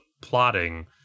plotting